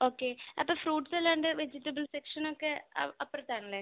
okay അപ്പം fruits എല്ലാം ഉണ്ട് വെജിറ്റബിൾ സെക്ഷനൊക്കെ അപ്പുറത്താണല്ലേ